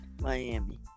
Miami